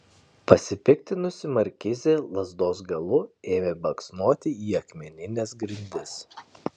pasipiktinusi markizė lazdos galu ėmė baksnoti į akmenines grindis